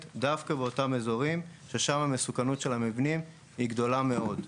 דווקא באותם אזורים שם המסוכנות של המבנים היא גדולה מאוד.